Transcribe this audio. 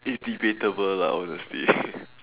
it's debatable lah honestly